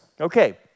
Okay